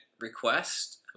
request